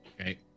Okay